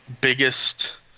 biggest